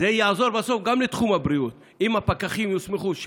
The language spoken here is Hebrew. זה יעזור בסוף גם לתחום הבריאות אם הפקחים של